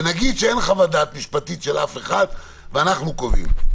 ונניח שאין חוות דעת משפטית של אף אחד ואנחנו קובעים,